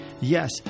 Yes